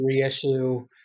reissue